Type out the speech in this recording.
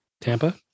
Tampa